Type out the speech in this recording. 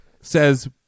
Says